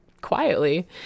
quietly